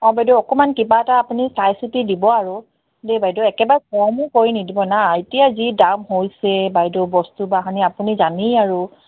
অঁ বাইদেউ অকণমান কিবা এটা আপুনি চাইচিতি দিব আৰু দেই বাইদেউ একেবাৰে কমো কৰি নিদিব ন এতিয়া যি দাম হৈছে বাইদেউ বস্তু বাহানি আপুনি জানেই আৰু